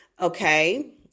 okay